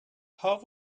how